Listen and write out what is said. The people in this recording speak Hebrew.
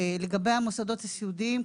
לגבי המוסדות הסיעודיים,